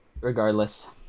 regardless